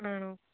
ആണോ